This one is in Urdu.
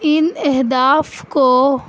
ان اہداف کو